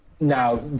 Now